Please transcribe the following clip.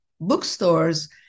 bookstores